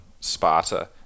Sparta